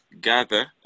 gather